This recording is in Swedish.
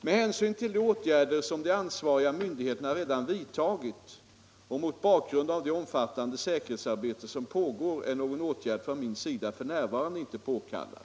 Med hänsyn till de åtgärder som de ansvariga myndigheterna redan vidtagit och mot bakgrund av det omfattande säkerhetsarbete som pågår är någon åtgärd från min sida f.n. inte påkallad.